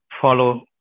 Follow